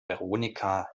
veronika